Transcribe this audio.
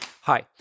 Hi